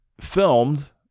filmed